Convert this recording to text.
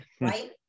right